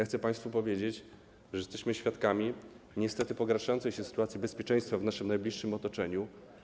Chcę państwu powiedzieć, że jesteśmy świadkami niestety pogarszającej się sytuacji bezpieczeństwa w naszym najbliższym otoczeniu.